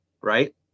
right